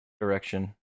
direction